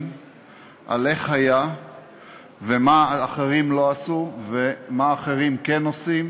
על איך היה ומה אחרים לא עשו ומה אחרים כן עושים,